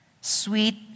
sweet